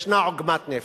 יש עוגמת נפש,